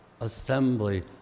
assembly